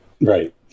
Right